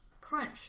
Crunch